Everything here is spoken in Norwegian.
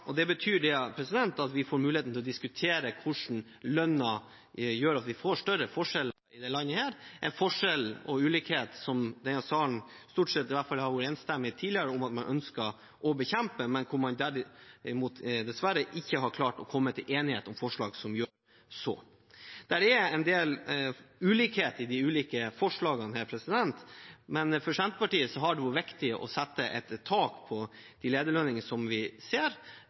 og det betyr at vi får mulighet til å diskutere hvordan lønnen gjør at vi får større forskjeller i dette landet, en forskjell og en ulikhet som denne salen – stort sett i hvert fall – har vært enstemmige om tidligere at man ønsker å bekjempe, men der man dessverre ikke har klart å komme til enighet om forslag som gjør det. Det er en del ulikhet mellom de ulike forslagene. For Senterpartiet har det vært viktig å sette et tak på de lederlønningene vi ser.